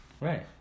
Right